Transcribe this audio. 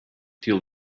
till